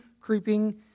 creeping